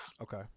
Okay